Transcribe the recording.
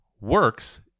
works